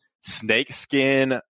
snakeskin –